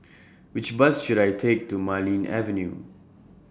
Which Bus should I Take to Marlene Avenue